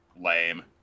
Lame